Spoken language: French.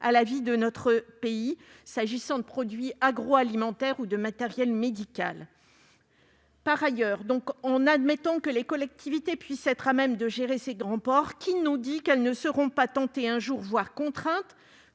à la vie de notre pays, qu'il s'agisse des produits agroalimentaires ou du matériel médical. Par ailleurs, en admettant que les collectivités soient à même de gérer ces grands ports, qui nous dit qu'elles ne seront pas tentées, voire contraintes,